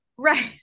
Right